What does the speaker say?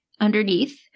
underneath